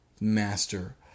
master